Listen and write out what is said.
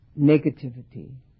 negativity